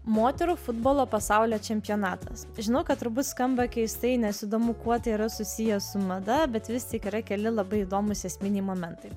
moterų futbolo pasaulio čempionatas žinau kad turbūt skamba keistai nes įdomu kuo tai yra susiję su mada bet vis tik yra keli labai įdomūs esminiai momentai